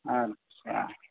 अच्छा